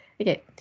Okay